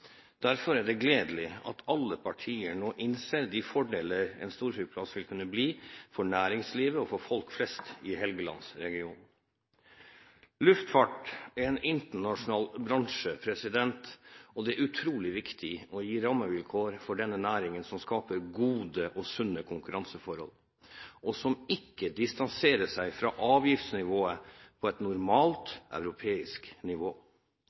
Derfor er det gledelig at alle partier nå innser de fordeler en storflyplass vil kunne bli, for næringslivet og for folk flest i helgelandsregionen. Luftfart er en internasjonal bransje, og det er utrolig viktig å gi rammevilkår for denne næringen som skaper gode og sunne konkurranseforhold, og som ikke distanserer seg fra avgiftsnivået på et normalt europeisk nivå.